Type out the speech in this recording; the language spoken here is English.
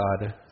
God